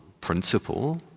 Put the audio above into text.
principle